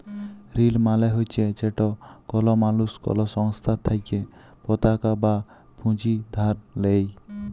ঋল মালে হছে যেট কল মালুস কল সংস্থার থ্যাইকে পতাকা বা পুঁজি ধার লেই